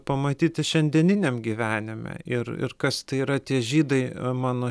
pamatyti šiandieniniam gyvenime ir ir kas tai yra tie žydai mano